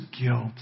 guilt